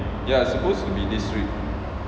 ya supposed to be this week